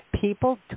people